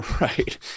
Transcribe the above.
right